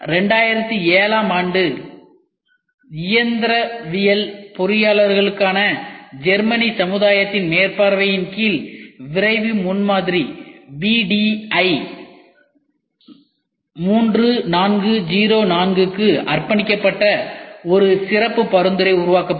2007 ஆம் ஆண்டில் இயந்திரவியல் பொறியாளரர்களுக்கான ஜெர்மன் சமுதாயத்தின் மேற்பார்வையின் கீழ் விரைவு முன்மாதிரி VDI 3404 க்கு அர்ப்பணிக்கப்பட்ட ஒரு சிறப்பு பரிந்துரை உருவாக்கப்பட்டது